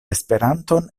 esperanton